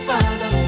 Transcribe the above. Father